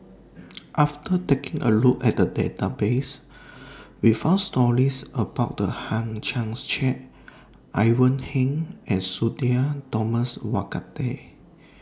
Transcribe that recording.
after taking A Look At The Database We found stories about The Hang Chang Chieh Ivan Heng and Sudhir Thomas Vadaketh